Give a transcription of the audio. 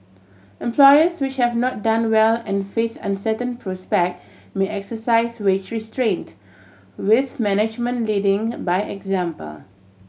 employers which have not done well and face uncertain prospect may exercise wage restraint with management leading by example